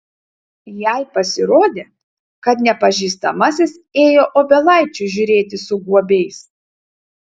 jai pasirodė kad nepažįstamasis ėjo obelaičių žiūrėti su guobiais